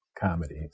comedy